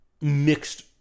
mixed